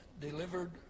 delivered